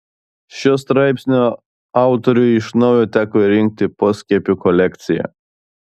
šio straipsnio autoriui iš naujo teko rinkti poskiepių kolekciją